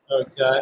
okay